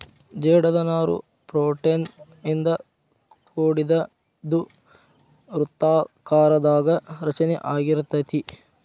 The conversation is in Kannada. ಜೇಡದ ನಾರು ಪ್ರೋಟೇನ್ ಇಂದ ಕೋಡಿದ್ದು ವೃತ್ತಾಕಾರದಾಗ ರಚನೆ ಅಗಿರತತಿ